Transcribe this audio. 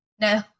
No